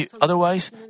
otherwise